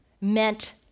meant